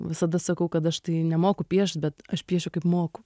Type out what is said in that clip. visada sakau kad aš tai nemoku piešt bet aš piešiu kaip moku